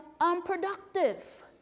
unproductive